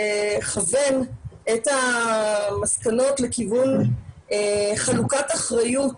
לכוון את המסקנות לכיוון חלוקת אחריות